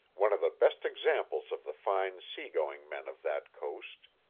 one of the best examples of the fine sea-going men of that coast.